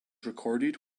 recorded